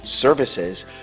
services